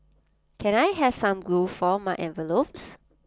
can I have some glue for my envelopes